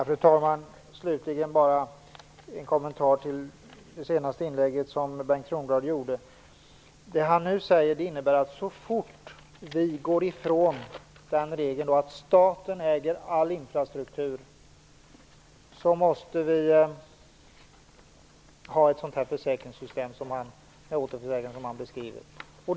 Fru talman! Slutligen bara en kommentar till det senaste inlägget som Bengt Kronblad gjorde. Det han nu säger innebär att så fort vi går ifrån regeln att staten äger all infrastruktur måste vi ha ett återförsäkringssystem, som han beskriver.